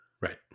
Right